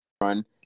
run